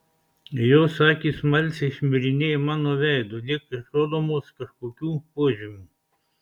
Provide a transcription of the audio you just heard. jos akys smalsiai šmirinėja mano veidu lyg ieškodamos kažkokių požymių